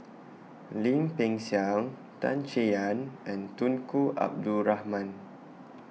Lim Peng Siang Tan Chay Yan and Tunku Abdul Rahman